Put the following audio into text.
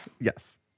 yes